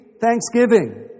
thanksgiving